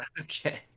Okay